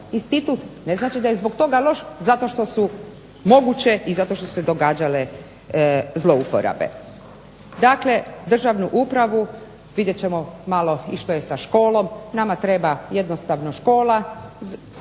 ne znači da je zbog toga loš zato što su moguće i zato što su se događale zlouporabe. Dakle državnu upravu, vidjet ćemo malo i što je sa školom, nama treba jednostavno škola,